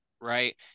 right